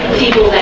people